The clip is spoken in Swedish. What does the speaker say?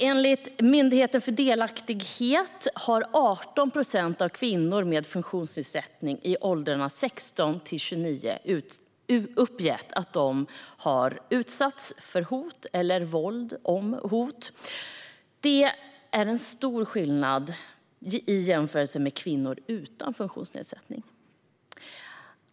Enligt Myndigheten för delaktighet har 18 procent av kvinnorna med funktionsnedsättning i åldrarna 16-29 uppgett att de har utsatts för hot eller våld om hot. Det är en stor skillnad i jämförelse med kvinnor utan funktionsnedsättning.